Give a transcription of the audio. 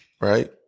right